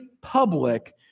public